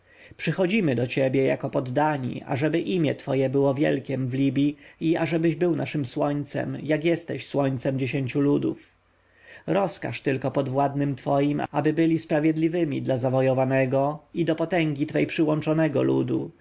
przychodzimy do ciebie jako poddani ażeby imię twoje było wielkiem w libji i ażebyś był naszem słońcem jak jesteś słońcem dziewięciu ludów rozkaż tylko podwładnym twoim aby byli sprawiedliwymi dla zawojowanego i do potęgi twej przyłączonego ludu